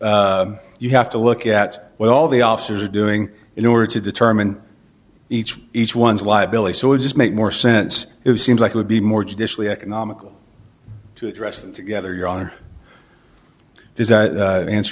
you have to look at what all the officers are doing in order to determine each each one's liability so it just makes more sense it seems like it would be more judicially economical to address them together your honor does that answer